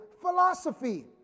philosophy